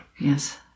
Yes